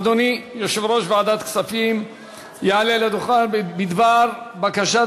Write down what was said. אדוני יושב-ראש ועדת כספים יעלה לדוכן ויציג את הצעת